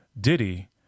Diddy